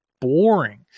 boring